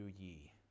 ye